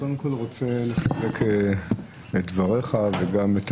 אני קודם כל רוצה לחזק את דבריך וגם את